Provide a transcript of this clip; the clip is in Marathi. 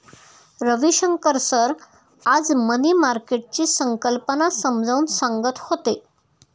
रविशंकर सर आज मनी मार्केटची संकल्पना समजावून सांगत होते